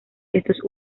estos